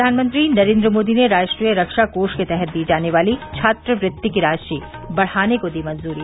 प्रधानमंत्री नरेन्द्र मोदी ने राष्ट्रीय रक्षा कोष के तहत दी जाने वाली छात्रवृत्ति की राशि बढ़ाने को दी मंजूरी